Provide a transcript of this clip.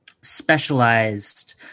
specialized